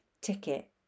ticket